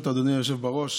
ברשות אדוני היושב בראש,